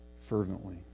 fervently